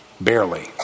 Barely